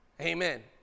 amen